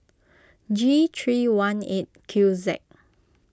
G three one eight Q Z